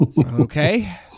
Okay